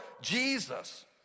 Jesus